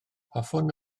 hoffwn